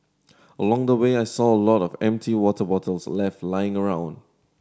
along the way I saw a lot of empty water bottles left lying around